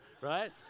right